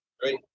Great